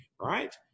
Right